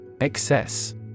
Excess